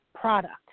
product